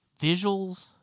visuals